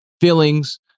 feelings